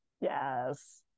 Yes